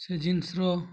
ସେ ଜିନ୍ସର